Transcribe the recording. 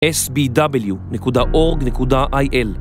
sbw.org.il